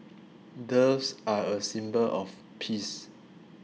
doves are a symbol of peace